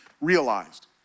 realized